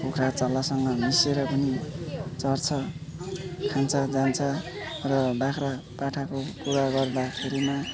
कुखुरा चल्लासँग मिसिएर पनि चर्छ खान्छ जान्छ र बाख्रा पाठाको कुरा गर्दाखेरिमा